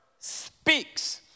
speaks